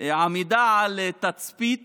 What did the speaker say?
כללה עמידה על תצפית